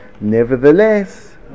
Nevertheless